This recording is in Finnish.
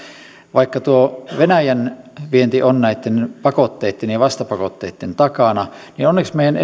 vaikka tuo venäjän vienti on näitten pakotteitten ja vastapakotteitten takana niin onneksi meidän